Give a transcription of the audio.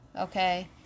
okay